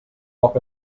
poc